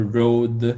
road